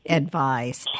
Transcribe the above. advice